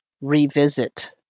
revisit